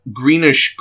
greenish